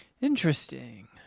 Interesting